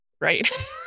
right